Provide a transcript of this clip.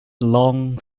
long